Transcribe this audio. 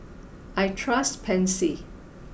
I trust Pansy